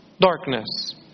darkness